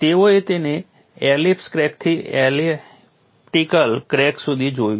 તેઓએ તેને એલિપ્સ ક્રેકથી એલિપ્ટિકલ ક્રેક સુધી જોયું છે